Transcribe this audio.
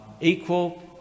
equal